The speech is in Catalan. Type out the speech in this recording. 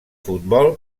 futbol